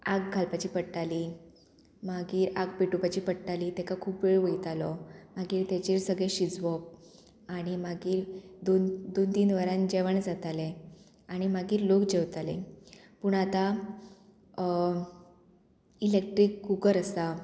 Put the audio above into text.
आग घालपाची पडटाली मागीर आग पेटोवपाची पडटाली तेका खूब वेळ वयतालो मागीर तेचेर सगळें शिजोवप आनी मागीर दोन दोन तीन वरान जेवण जातालें आनी मागीर लोक जेवताले पूण आतां इलेक्ट्रीक कुकर आसा